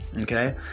Okay